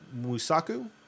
Musaku